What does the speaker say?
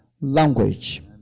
language